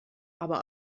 aber